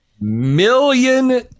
million